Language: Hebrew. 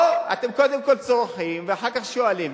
אתם קודם כול צורחים ואחר כך שואלים,